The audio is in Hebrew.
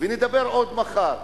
ונדבר גם מחר,